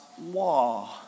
law